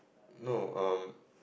no um